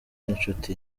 n’inshuti